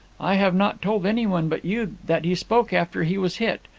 i have not told anyone but you that he spoke after he was hit.